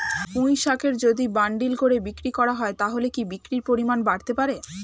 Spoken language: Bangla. পুঁইশাকের যদি বান্ডিল করে বিক্রি করা হয় তাহলে কি বিক্রির পরিমাণ বাড়তে পারে?